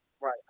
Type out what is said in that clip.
Right